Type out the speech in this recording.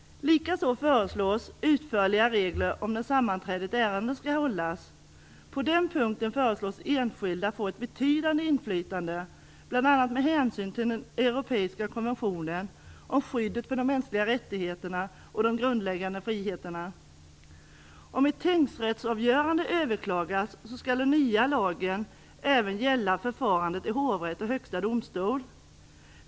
Likaså föreslås utförliga regler om när sammanträde i ett ärende skall hållas. På den punkten föreslås enskilda få ett betydande inflytande bl.a. med hänsyn till den europeiska konventionen samt skyddet för de mänskliga rättigheterna och de grundläggande friheterna. Om ett tingsrättsavgörande överklagas skall den nya lagen även gälla förfarandet i hovrätt och i Högsta domstolen.